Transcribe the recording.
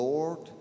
Lord